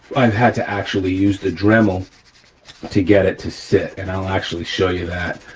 i um had to actually use the dremel to get it to sit, and i'll actually show you that.